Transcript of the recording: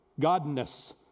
godness